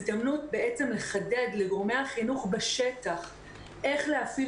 הזדמנות לחדד לגורמי החינוך בשטח איך להפעיל